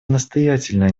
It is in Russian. настоятельная